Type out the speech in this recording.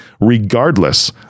regardless